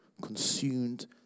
consumed